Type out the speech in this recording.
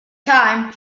time